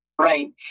Right